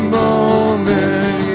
moment